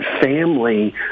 family